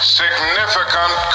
significant